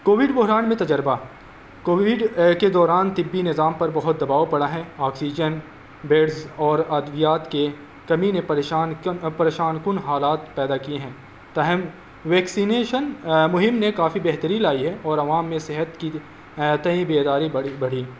Covid بحران میں تجربہ کووڈ کے دوران طبی نظام پر بہت دباؤ پڑا ہے آکسیجن بیڈز اور ادویات کے کمی نے پریشان کن پریشان کن حالات پیدا کیے ہیں تاہم ویکسینیشن مہم نے کافی بہتری لائی ہے اور عوام میں صحت کی تئیں بیداری بڑی بڑھی